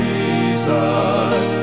Jesus